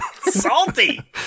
Salty